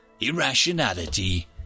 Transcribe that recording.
Irrationality